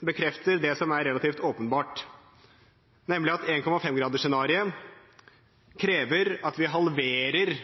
bekrefter det som er relativt åpenbart, nemlig at 1,5-gradersscenarioet krever at vi halverer